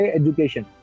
education